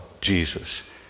Jesus